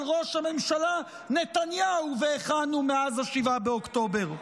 ראש הממשלה נתניהו והיכן הוא מאז 7 באוקטובר.